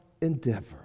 endeavor